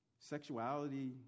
Sexuality